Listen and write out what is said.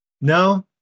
no